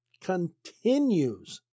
continues